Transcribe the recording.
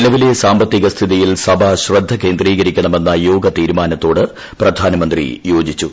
നിലവിലെ സാമ്പത്തിക സ്ഥിതിയിൽ സഭ ശ്രദ്ധ് കേന്ദ്രീകരിക്കണമെന്ന യോഗ തീരുമാനത്തോട് പ്രധാനമന്ത്രി യോജിച്ചു